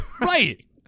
Right